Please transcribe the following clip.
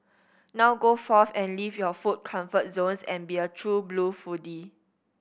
now go forth and leave your food comfort zones and be a true blue foodie